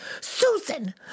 Susan